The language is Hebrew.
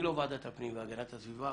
אני לא ועדת הפנים והגנת הסביבה.